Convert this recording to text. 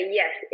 yes